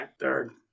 Third